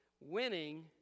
Winning